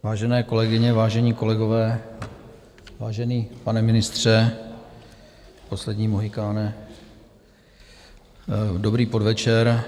Vážené kolegyně, vážení kolegové, vážený pane ministře, poslední mohykáne, dobrý podvečer.